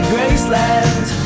Graceland